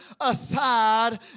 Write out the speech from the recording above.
aside